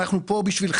כי אנחנו פה בשבילכם,